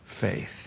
Faith